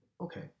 okay